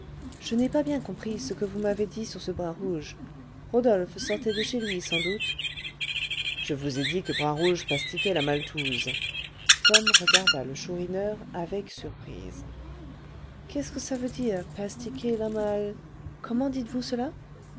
je n'ai pas bien compris ce que vous m'avez dit sur ce bras rouge rodolphe sortait de chez lui sans doute je vous ai dit que bras rouge pastiquait la maltouze tom regarda le chourineur avec surprise qu'est-ce que ça veut dire pastiquer la mal comment dites-vous cela